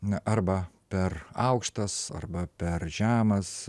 na arba per aukštas arba per žemas